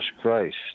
Christ